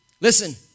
Listen